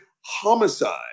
homicide